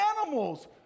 animals